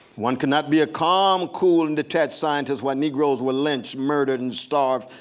one cannot be a calm, cool, and detached scientist while negroes were lynched, murdered, and starved.